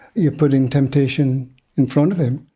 you're putting temptation in front of him.